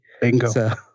Bingo